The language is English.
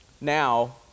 now